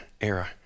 era